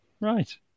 Right